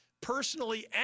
personally